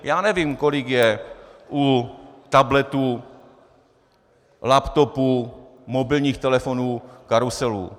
Já nevím, kolik je u tabletů, laptopů, mobilních telefonů karuselů.